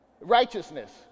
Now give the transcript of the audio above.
righteousness